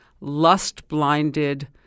lust-blinded